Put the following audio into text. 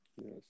Yes